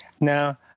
Now